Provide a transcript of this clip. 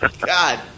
God